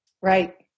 Right